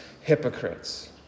hypocrites